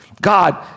God